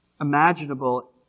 imaginable